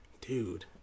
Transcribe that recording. Dude